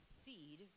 seed